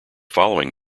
following